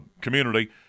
community